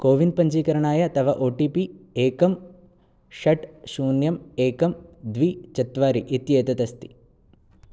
CoWIN पञ्जीकरणाय तव OTP एकं षट् शून्यम् एकं द्वि चत्वारि इत्येतदस्ति